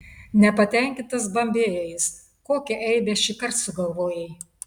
nepatenkintas bambėjo jis kokią eibę šįkart sugalvojai